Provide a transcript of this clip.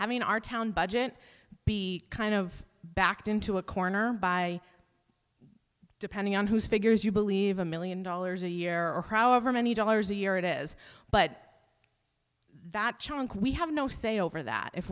i mean our town budget be kind of backed into a corner by depending on whose figures you believe a million dollars a year or however many dollars a year it is but that chunk we have no say over that if